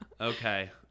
Okay